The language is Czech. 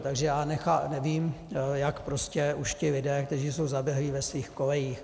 Takže já nevím, jak prostě už ti lidé, kteří jsou zaběhlí ve svých kolejích...